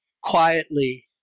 quietly